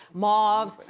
mauve's,